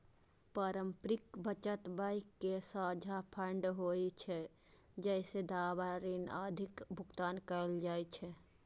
पारस्परिक बचत बैंक के साझा फंड होइ छै, जइसे दावा, ऋण आदिक भुगतान कैल जाइ छै